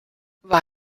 war